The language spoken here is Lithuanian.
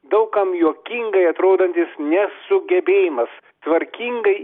daug kam juokingai atrodantis nesugebėjimas tvarkingai